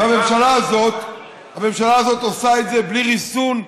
הממשלה הזאת עושה את זה בלי ריסון,